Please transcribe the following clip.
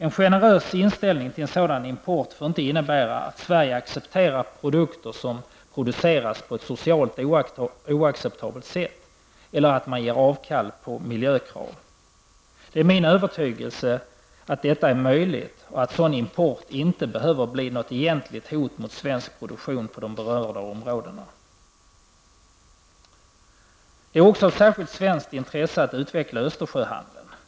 En generös inställning till sådan import får inte innebära att Sverige accepterar produkter som producerats på ett socialt oacceptabelt sätt eller att man avstår från miljökrav. Det är min övertygelse att detta är möjligt och att en sådan import inte behöver bli något egentligt hot mot svensk produktion på de berörda områdena. Det är också av särskilt svenskt intresse att utveckla Östersjöhandeln.